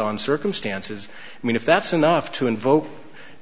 on circumstances i mean if that's enough to invoke